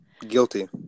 guilty